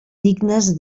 dignes